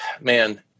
man